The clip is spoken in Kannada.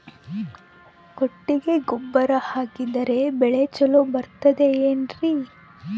ಕೊಟ್ಟಿಗೆ ಗೊಬ್ಬರ ಹಾಕಿದರೆ ಬೆಳೆ ಚೊಲೊ ಬರುತ್ತದೆ ಏನ್ರಿ?